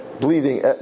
Bleeding